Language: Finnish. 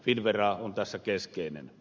finnvera on tässä keskeinen